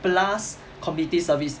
plus community service